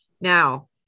Now